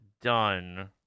done